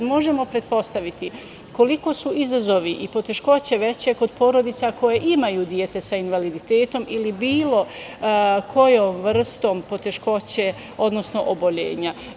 Možemo pretpostaviti koliko su izazovi i poteškoće veće kod porodica koje imaju dete sa invaliditetom ili bilo kojom vrstom poteškoće, odnosno oboljenja.